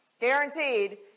guaranteed